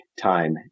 time